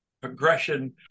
progression